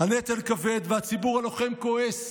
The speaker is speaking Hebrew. הנטל כבד, והציבור הלוחם כועס,